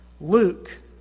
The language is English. Luke